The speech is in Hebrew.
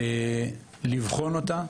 לבחון אותה,